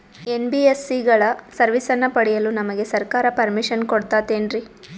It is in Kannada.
ಎನ್.ಬಿ.ಎಸ್.ಸಿ ಗಳ ಸರ್ವಿಸನ್ನ ಪಡಿಯಲು ನಮಗೆ ಸರ್ಕಾರ ಪರ್ಮಿಷನ್ ಕೊಡ್ತಾತೇನ್ರೀ?